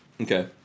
Okay